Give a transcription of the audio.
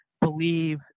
believe